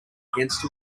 against